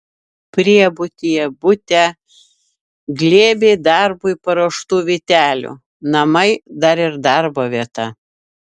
priebutyje bute glėbiai darbui paruoštų vytelių namai dar ir darbo vieta